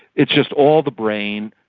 it's just all the brain,